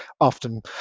often